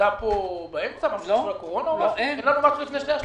שנמצא פה באמצע, לפני קריאה שנייה ושלישית,